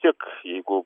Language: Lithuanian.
tik jeigu